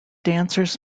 dancers